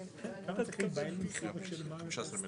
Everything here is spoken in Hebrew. כלומר הוא גרעין שהוא כמו